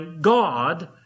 God